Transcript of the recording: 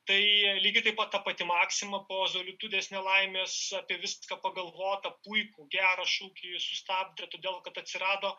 tai lygiai taip pat ta pati maksima po zolitudės nelaimės apie viską pagalvota puikų gerą šūkį sustabdė todėl kad atsirado